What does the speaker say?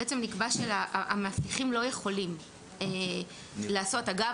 בעצם נקבע שהמאבטחים לא יכולים לעשות אגב